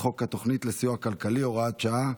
חוק התוכנית לסיוע כלכלי (הוראת שעה,